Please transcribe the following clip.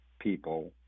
people